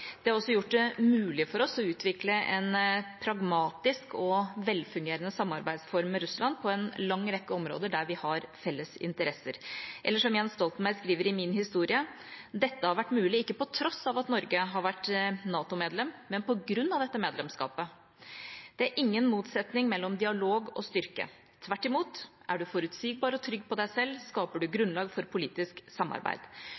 Det har også gjort det mulig for oss å utvikle en pragmatisk og velfungerende samarbeidsform med Russland på en lang rekke områder der vi har felles interesser – eller som Jens Stoltenberg skriver i «Min historie»: «Dette har vært mulig ikke på tross av at Norge har vært NATO-medlem, men på grunn av dette medlemskapet. Det er ingen motsetning mellom dialog og styrke. Tvert imot; når du er forutsigbar og trygg på deg selv, skaper du